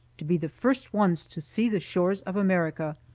to be the first ones to see the shores of america.